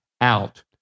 out